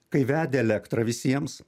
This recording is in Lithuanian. kai vedė elektrą visiems